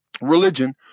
Religion